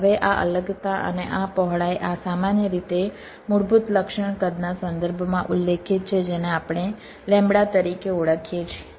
હવે આ અલગતા અને આ પહોળાઈ આ સામાન્ય રીતે મૂળભૂત લક્ષણ કદના સંદર્ભમાં ઉલ્લેખિત છે જેને આપણે લેમ્બડા તરીકે ઓળખીએ છીએ